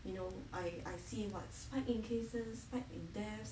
you know I I see like spike in cases spiked in deaths